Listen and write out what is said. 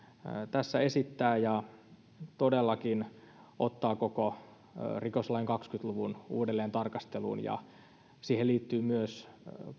tässä esittää ja todellakin ottaa koko rikoslain kahdenkymmenen luvun uudelleen tarkasteluun siihen liittyvät myös